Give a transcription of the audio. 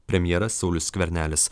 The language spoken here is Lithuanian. premjeras saulius skvernelis